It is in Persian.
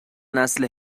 نسل